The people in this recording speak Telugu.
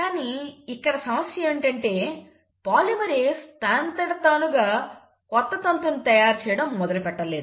కానీ ఇక్కడ సమస్య ఏమిటంటే పాలిమరేస్ తనంతట తానుగా కొత్తతంతును తయారుచేయడం మొదలు పెట్టలేదు